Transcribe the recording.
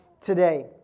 today